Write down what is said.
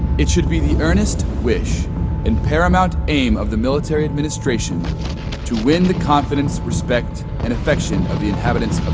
it should be the earnest wish and paramount aim of the military administration to win the confidence, respect and affection of the inhabitants